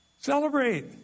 Celebrate